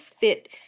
fit